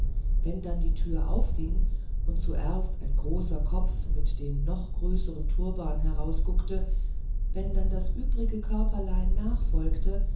wenn dann die türe aufging und zuerst der große kopf mit dem noch größeren turban herausguckte wenn dann das übrige